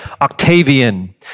Octavian